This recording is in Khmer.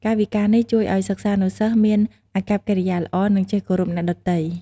កាយវិការនេះជួយឱ្យសិស្សានុសិស្សមានអាកប្បកិរិយាល្អ និងចេះគោរពអ្នកដទៃ។